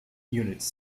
units